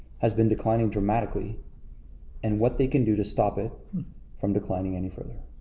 has been declining dramatically and what they can do to stop it from declining any further.